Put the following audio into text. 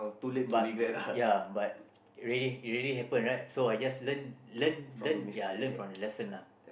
but ya but already it already happen right so I just learn learn learn ya learn from the lesson lah